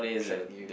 attract you